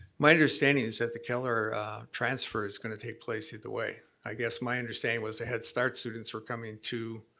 my understanding is that the keller transfer is gonna take place either way. i guess my understanding was the head start students were coming to